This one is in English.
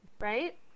right